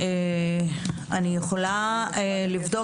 אני יכולה לבדוק.